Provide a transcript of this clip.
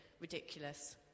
ridiculous